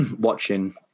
watching